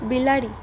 બિલાડી